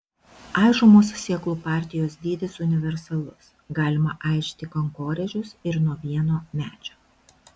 aižomos sėklų partijos dydis universalus galima aižyti kankorėžius ir nuo vieno medžio